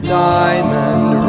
diamond